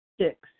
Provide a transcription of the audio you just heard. six